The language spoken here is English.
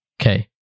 Okay